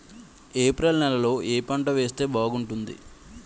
April నెలలో ఏ పంట వేస్తే బాగుంటుంది?